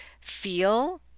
feel